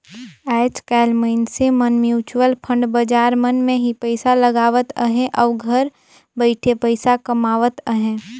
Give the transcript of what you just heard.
आएज काएल मइनसे मन म्युचुअल फंड बजार मन में ही पइसा लगावत अहें अउ घर बइठे पइसा कमावत अहें